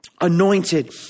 anointed